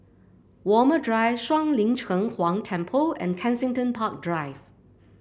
Walmer Drive Shuang Lin Cheng Huang Temple and Kensington Park Drive